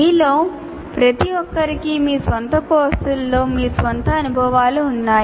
మీలో ప్రతి ఒక్కరికి మీ స్వంత కోర్సులతో మీ స్వంత అనుభవాలు ఉన్నాయి